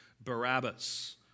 Barabbas